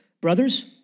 Brothers